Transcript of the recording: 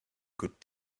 could